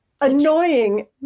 annoying